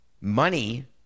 money